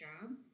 job